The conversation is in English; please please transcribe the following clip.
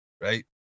right